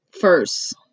first